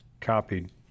copied